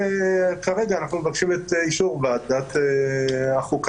כרגע אנחנו מבקשים את אישור ועדת החוקה,